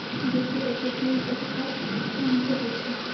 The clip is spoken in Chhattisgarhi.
यू.पी.आई के पिन कतका अंक के होथे?